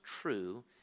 true